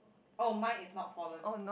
oh mine is not fallen